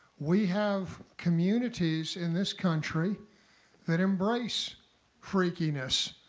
we have communities in this country that embrace freakiness.